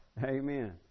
Amen